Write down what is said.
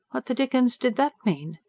what the dickens did that mean?